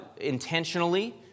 intentionally